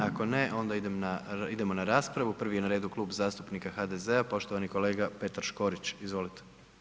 Ako ne, onda idemo na raspravu, prvi je na redu Klub zastupnika HDZ-a, poštovani kolega Petar Škorić, izvolite.